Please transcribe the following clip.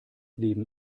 leben